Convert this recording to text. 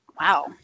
wow